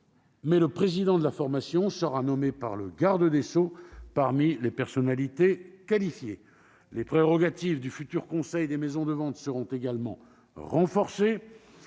mais le président de la formation sera nommé par le garde des sceaux parmi les personnalités qualifiées. Les prérogatives du futur Conseil des maisons de vente seront également renforcées.